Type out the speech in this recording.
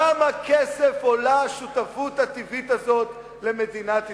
כמה כסף עולה השותפות הטבעית הזאת למדינת ישראל?